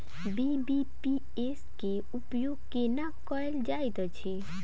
BBPS केँ उपयोग केना कएल जाइत अछि?